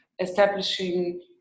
establishing